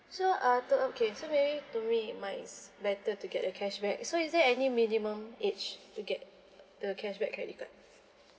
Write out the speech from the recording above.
so uh to okay so maybe to me my it's better to get a cashback so is there any minimum age to get the cashback credit card